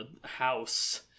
house